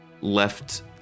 left